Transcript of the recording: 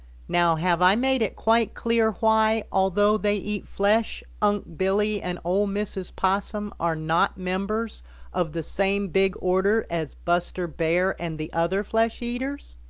now have i made it quite clear why, although they eat flesh, unc' billy and ol' mrs. possum are not members of the same big order as buster bear and the other flesh eaters?